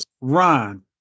Ron